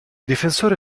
difensore